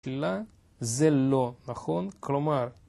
זה לא נכון? כלומר